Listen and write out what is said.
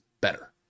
better